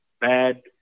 bad